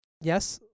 Yes